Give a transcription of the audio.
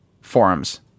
forums